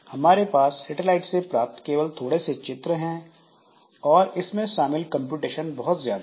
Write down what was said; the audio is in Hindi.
हमारे पास सेटेलाइट से प्राप्त केवल थोड़े से चित्र हैं और इसमें शामिल कंप्यूटेशन बहुत ज्यादा है